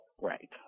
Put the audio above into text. right